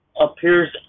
appears